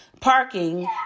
parking